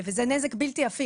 וזה נזק בלתי הפיך.